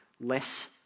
less